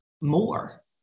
more